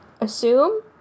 assume